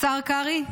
השר קרעי,